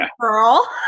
girl